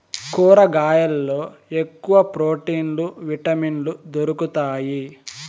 కూరగాయల్లో ఎక్కువ ప్రోటీన్లు విటమిన్లు దొరుకుతాయి